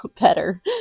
better